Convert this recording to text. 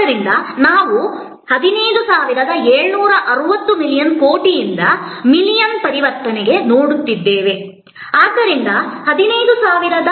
ಆದ್ದರಿಂದ ನಾವು 15760 ಮಿಲಿಯನ್ ಕೋಟಿಯಿಂದ ಮಿಲಿಯನ್ ಪರಿವರ್ತನೆಗೆ ನೋಡುತ್ತಿದ್ದೇವೆ ಆದ್ದರಿಂದ 15760 ಸಾವಿರ ಆಗಿರುತ್ತದೆ